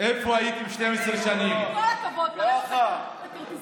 איפה הייתם 12 שנים, ככה, זה מה שאני רגיל לשמוע.